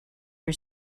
for